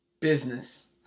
Business